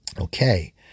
Okay